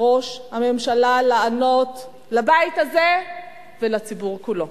ראש הממשלה לענות לבית הזה ולציבור כולו.